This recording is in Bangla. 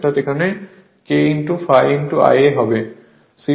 অর্থাৎ এখানে K ∅ Ia হবে